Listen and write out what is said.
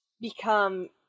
become